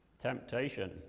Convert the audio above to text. Temptation